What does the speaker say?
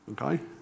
okay